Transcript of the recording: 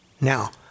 Now